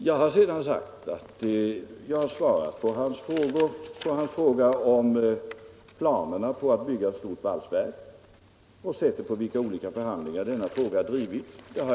Jag har sedan sagt att jag svarat på herr Burenstam Linders fråga om planerna på att bygga ett stort valsverk, och jag har redogjort för det sätt på vilket förhandlingar i denna fråga har drivits.